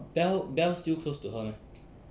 bell bell still close to her meh